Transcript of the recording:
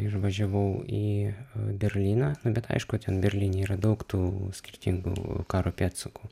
ir važiavau į berlyną nu bet aišku ten berlyne yra daug tų skirtingų karo pėdsakų